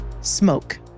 smoke